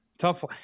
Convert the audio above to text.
tough